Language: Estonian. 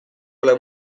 ole